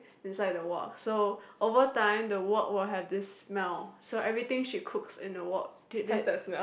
inside the wok so overtime the wok will have this smell so everything she cooks in the wok ta~ ta~